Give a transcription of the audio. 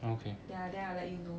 ya then I let you know